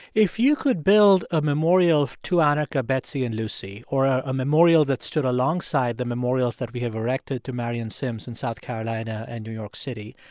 if you could build a memorial to anarcha, betsey and lucy, or ah a memorial that stood alongside the memorials that we have erected to marion sims in south carolina and new york city,